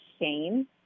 shame